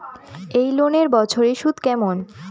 এই লোনের বছরে সুদ কেমন?